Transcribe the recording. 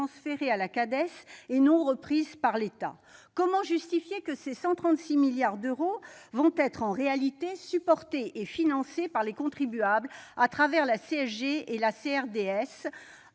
à la Cades et pas reprise par l'État ? Comment justifier que ces 136 milliards d'euros vont être, en réalité, supportés et financés par les contribuables à travers la CSG et la CRDS,